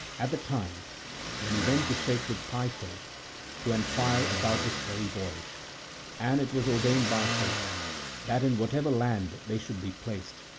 at the time when he went to sacred pytho to enquire about this very voyage and it was ordained by fate that in whatever land they should be placed,